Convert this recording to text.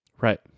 Right